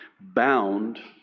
bound